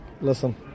listen